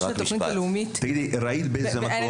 התוכנית הלאומית היא מבורכת,